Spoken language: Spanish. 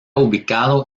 ubicado